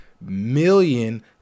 million